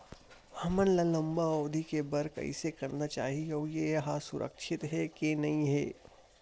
हमन ला लंबा अवधि के बर कइसे करना चाही अउ ये हा सुरक्षित हे के नई हे?